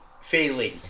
feeling